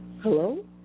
Hello